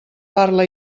parla